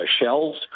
shells